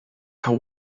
how